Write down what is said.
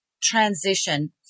transition